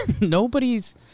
nobody's